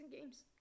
games